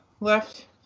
left